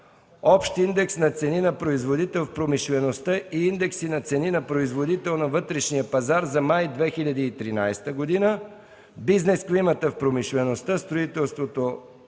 общ индекс на цени на производител в промишлеността и индекси на цени на производител на вътрешния пазар за май 2013 г.; - бизнес климата в промишлеността, строителството,